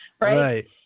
Right